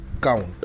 count